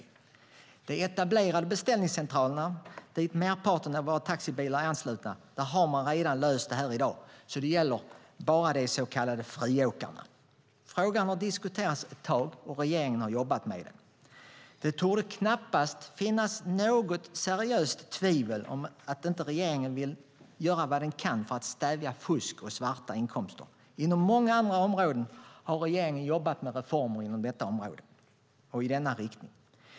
Vid de etablerade beställningscentralerna, dit merparten av våra taxibilar är anslutna, har man löst detta redan i dag, så det gäller bara de så kallade friåkarna. Frågan har diskuterats ett tag, och regeringen har jobbat med den. Det torde knappast finnas något seriöst tvivel på att regeringen vill göra vad den kan för att stävja fusk och svarta inkomster. Inom många andra områden har regeringen jobbat med reformer i denna riktning.